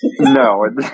No